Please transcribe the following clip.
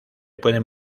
pueden